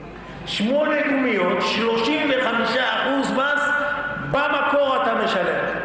שמונה גומיות 35% מס במקור אתה משלם.